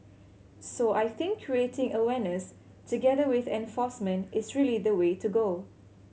so I think creating awareness together with enforcement is really the way to go